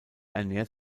ernährt